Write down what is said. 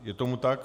Je tomu tak.